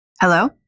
Hello